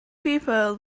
people